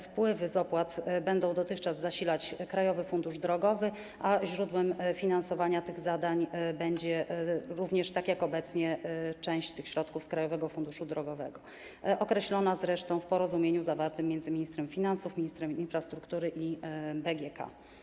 Wpływy z opłat będą, tak jak dotychczas, zasilać Krajowy Fundusz Drogowy, a źródłem finansowania tych zadań będzie również, tak jak obecnie, część tych środków z Krajowego Funduszu Drogowego, określona zresztą w porozumieniu zawartym między ministrem finansów, ministrem infrastruktury i BGK.